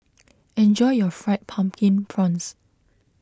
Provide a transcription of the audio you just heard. enjoy your Fried Pumpkin Prawns